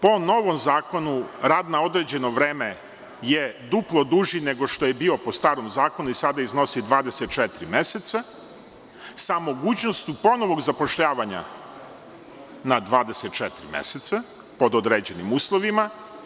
Po novom zakonu, rad na određeno vreme je duplo duži nego što je bio po starom zakonu i sada iznosi 24 meseca, sa mogućnošću ponovnog zapošljavanja na 24 meseca, pod određenim uslovima.